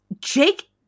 Jake